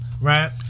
right